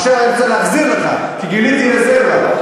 ועכשיו אני צריך להחזיר לך כי גיליתי רזרבה.